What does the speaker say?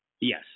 yes